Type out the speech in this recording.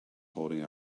holding